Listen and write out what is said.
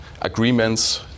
agreements